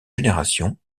génération